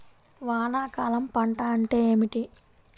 వానాకాలం పంట అంటే ఏమిటి?